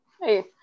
Hey